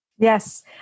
Yes